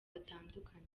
batandukanye